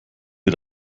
wir